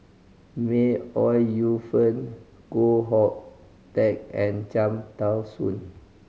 May Ooi Yu Fen Koh Hoon Teck and Cham Tao Soon